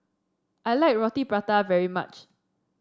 I like Roti Prata very much